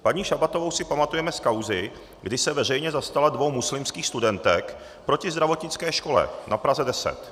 Paní Šabatovou si pamatujeme z kauzy, kdy se veřejně zastala dvou muslimských studentek proti zdravotnické škole na Praze 10.